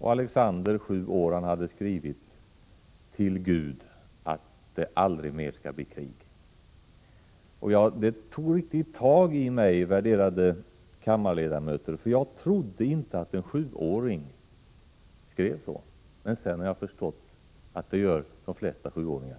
Alexander, sju år, hade skrivit till Gud att han ville att det aldrig mera skall bli krig. Detta tog riktigt tag i mig, värderade kammarledamöter, för jag trodde inte att en sjuåring skrev så. Men sedan har jag förstått att det gör de flesta sjuåringar.